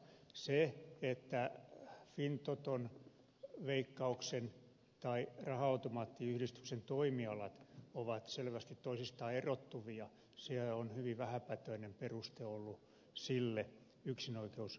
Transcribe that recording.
se että fintoton veikkauksen ja raha automaattiyhdistyksen toimialat ovat selvästi toisistaan erottuvia on hyvin vähäpätöinen peruste ollut sille yksinoikeusperusteelle